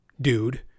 dude